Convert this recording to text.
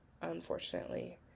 unfortunately